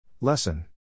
Lesson